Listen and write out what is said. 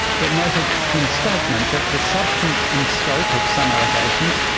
but noted in a statement that the substance and scope of some allegations,